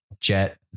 jet